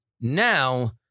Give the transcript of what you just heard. Now